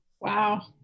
Wow